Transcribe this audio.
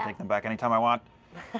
take them back anytime i want!